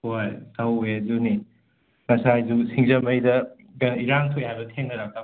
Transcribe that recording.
ꯍꯣꯏ ꯇꯧꯋꯦ ꯑꯗꯨꯅꯦ ꯉꯁꯥꯏꯁꯨ ꯁꯤꯡꯖꯃꯩꯗ ꯏꯔꯥꯝ ꯊꯣꯛꯑꯦ ꯍꯥꯏꯕ ꯊꯦꯡꯅꯔꯛꯇꯕ꯭ꯔ